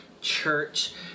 Church